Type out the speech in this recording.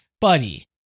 buddy